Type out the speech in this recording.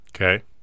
Okay